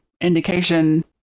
indication